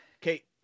Kate